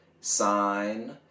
sign